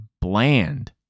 bland